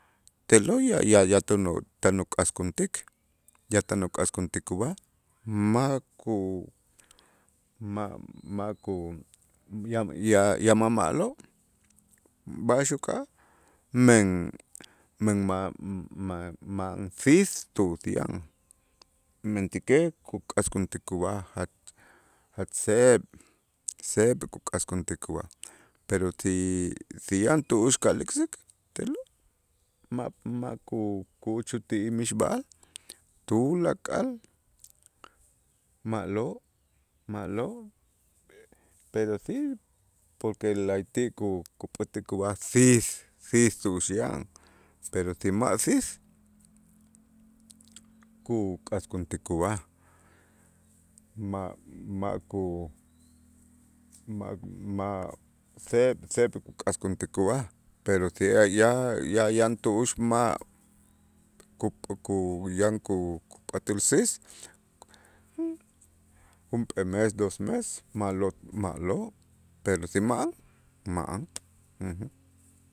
Te'lo' ya ya ya tan uk'askuntik ya tan uk'askuntik ub'aj ma' ku ma'-ma' ku ya ya ya ma'-ma' ma'lo' b'a'ax uka'aj, men ma' ma' ma'an siis tu'ux yan, mentäkej kuk'askuntik ub'aj jat- jatz seeb' seeb' kuk'askuntik ub'aj, pero si si yan tu'ux kalik'sik te'lo' ma' ma' ku- ku'uchu' ti'ij mixb'a'al tulakal ma'lo' ma'lo', pero si porque la'ayti' ku- kupät'ik kub'aj siis siis tu'ux yan, pero si ma' siis kuk'askuntik ub'aj ma' ma' ku ma' ma' seeb' seeb' k'askuntik ub'aj, pero si hay ya ya- yan tu'ux ma' ku- ku yan ku- kupat'äl siis junp'ee mes, dos mes ma'lo' ma'lo', pero si ma'an ma'an.